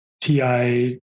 TI